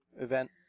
event